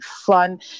fun